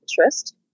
interest